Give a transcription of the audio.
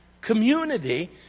Community